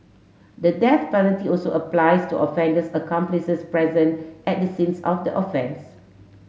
the death penalty also applies to offender's accomplices present at the scene of the offence